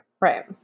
Right